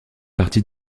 partie